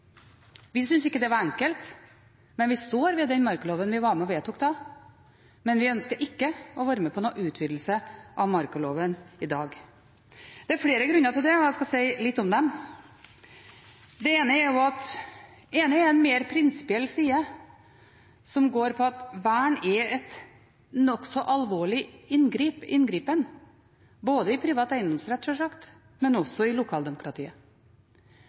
Vi syntes ikke det var enkelt. Vi står ved den markaloven vi var med og vedtok da, men vi ønsker ikke å være med på noen utvidelse av markaloven i dag. Det er flere grunner til det, og jeg skal si litt om det. Det ene er en mer prinsipiell side som går på at vern er en nokså alvorlig inngripen ikke bare i privat eiendomsrett, sjølsagt, men også i lokaldemokratiet.